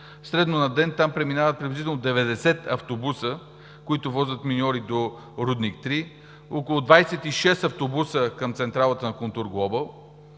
Средно на ден там преминават приблизително 90 автобуса, които возят миньори до рудник „Трояново 3“, около 26 автобуса към централата на „Контур Глобал“,